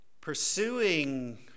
pursuing